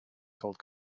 called